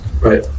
Right